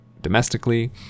domestically